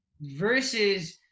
versus